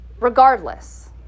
Regardless